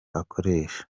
akoresha